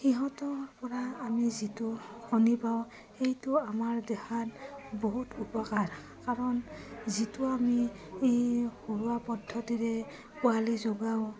সিহঁতৰপৰা আমি যিটো কণী পাওঁ সেইটো আমাৰ দেহাত বহুত উপকাৰ কাৰণ যিটো আমি ঘৰুৱা পদ্ধতিৰে পোৱালি জগাওঁ